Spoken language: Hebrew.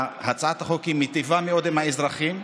הצעת החוק מיטיבה מאוד עם האזרחים,